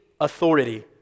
authority